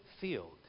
field